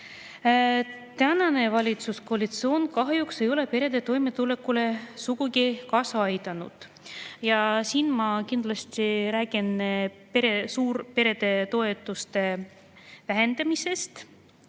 Tänane valitsuskoalitsioon kahjuks ei ole perede toimetulekule sugugi kaasa aidanud. Siinkohal ma räägin suurperede toetuste vähendamisest,